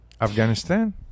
Afghanistan